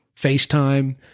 FaceTime